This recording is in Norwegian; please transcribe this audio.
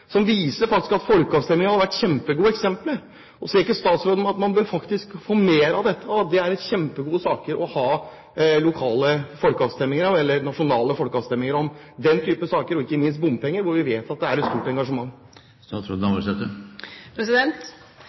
det viser faktisk at folkeavstemning hadde egnet seg kjempegodt. Ser ikke statsråden at man bør få mer av dette, og at den type saker egner seg kjempegodt til å ha lokale eller nasjonale folkeavstemninger om, ikke minst når det gjelder bompenger, hvor vi vet at det er et stort engasjement?